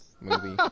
movie